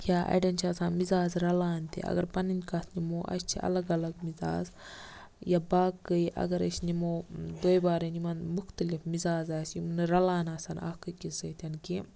یا اَڑٮ۪ن چھ آسان مِزاز رَلان تہِ اَگَر پَنٕنۍ کَتھ نِمو اَسہِ چھِ اَلَگ اَلَگ مِزاز یا باقٕے اَگَر ٲسۍ نِمو بٲےٚ بارٕٔنۍ یِمَن مُختٔلِف مِزاز آسہِ یِم نہٕ رَلان آسَن اَکھ أکِس سۭتۍ کیٚنٛہہ